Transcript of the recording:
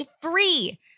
free